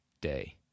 day